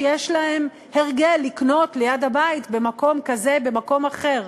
שיש להן הרגל לקנות ליד הבית במקום כזה או במקום אחר.